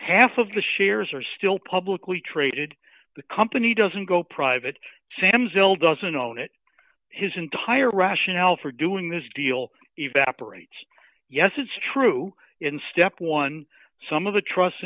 half of the shares are still publicly traded the company doesn't go private sam still doesn't own it his entire rationale for doing this deal evaporates yes it's true in step one some of the trust